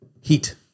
heat